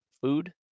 Food